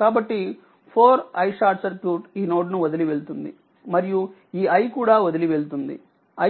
కాబట్టి 4 iSC ఈ node ను వదిలి వెళ్తుంది మరియుఈiకూడావదిలి వెళ్తుంది